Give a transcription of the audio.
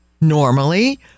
normally